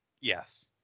Yes